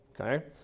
okay